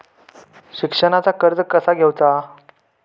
शिक्षणाचा कर्ज कसा घेऊचा हा?